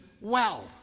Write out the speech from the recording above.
wealth